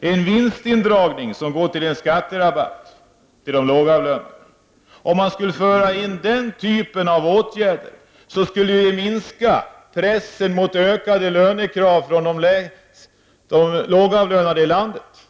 vid brott mot regeln. Man kan också tänka sig en vinstindragning som går till en skatterabatt till de lågavlönade. Om man skulle föra in den typen av åtgärder, så skulle vi minska pressen i form av ökade lönekrav från de lågavlönade i landet.